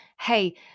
hey